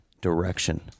direction